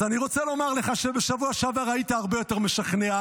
אז אני רוצה לומר לך שבשבוע שעבר היית הרבה יותר משכנע.